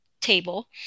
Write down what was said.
table